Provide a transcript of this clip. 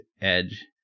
edge